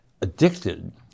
addicted